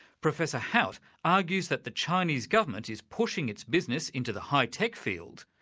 professor hout argues that the chinese government is pushing its business into the high tech field,